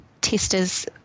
testers